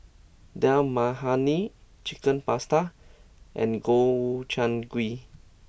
Dal Makhani Chicken Pasta and Gobchang gui